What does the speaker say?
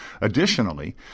Additionally